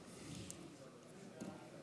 חוק להסדר התדיינויות בסכסוכי משפחה (הוראת שעה)